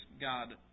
God